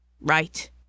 Right